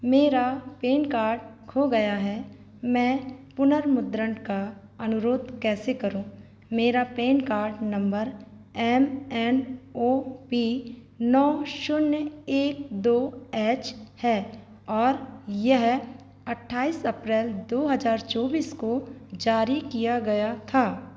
मेरा PAN card खो गया है मैं पुनर्मुद्रण का अनुरोध कैसे करूँ मेरा PAN card number M N O P नौ शून्य एक दो एच है और यह अट्ठाईस अप्रैल दो हज़ार चौबीस को जारी किया गया था